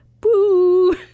Boo